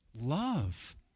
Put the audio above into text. Love